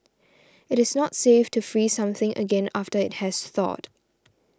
it is not safe to freeze something again after it has thawed